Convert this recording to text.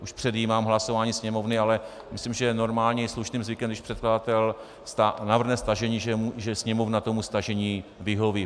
Už předjímám hlasování Sněmovny, ale myslím, že je normálním slušným zvykem, když předkladatel navrhne stažení, že Sněmovna tomu stažení vyhoví.